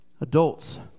Adults